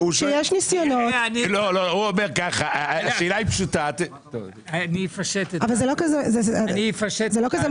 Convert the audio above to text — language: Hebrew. שיש ניסיונות -- השאלה היא פשוטה -- זה לא כזה מסובך.